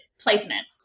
placement